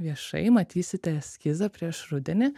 viešai matysite eskizą prieš rudenį